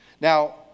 Now